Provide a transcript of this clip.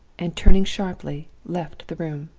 and, turning sharply, left the room.